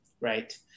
right